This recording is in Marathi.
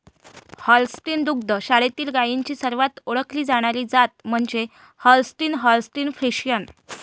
होल्स्टीन दुग्ध शाळेतील गायींची सर्वात ओळखली जाणारी जात म्हणजे होल्स्टीन होल्स्टीन फ्रिशियन